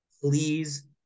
please